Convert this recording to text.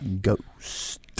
Ghost